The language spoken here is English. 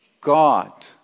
God